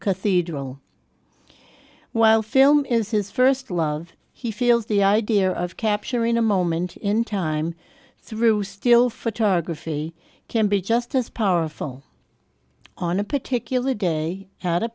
cathedral while film is his first love he feels the idea of capturing a moment in time through still photography can be just as powerful on a particular day had a